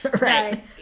right